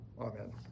amen